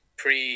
pre